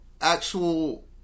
actual